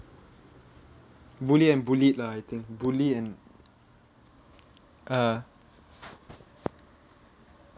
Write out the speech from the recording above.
bully and bullied lah I think bully and ah